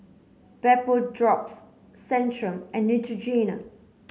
Vapodrops Centrum and Neutrogena